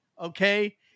okay